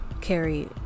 carry